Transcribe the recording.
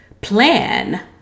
plan